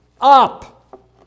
up